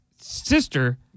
sister